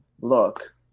look